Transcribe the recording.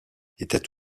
étaient